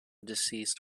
deceased